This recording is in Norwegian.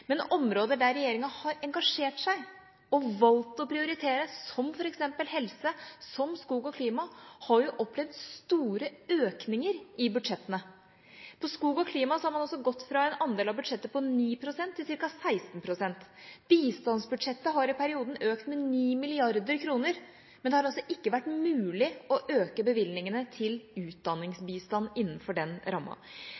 Men områder der regjeringa har engasjert seg og valgt å prioritere, som f.eks. helse, skog og klima, har man opplevd store økninger i budsjettene. Når det gjelder skog og klima, har man gått fra andel av budsjettet på 9 pst. til ca. 16 pst. Bistandsbudsjettet har i perioden økt med 9 mrd. kr, men det har ikke vært mulig å øke bevilgningene til